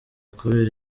kubera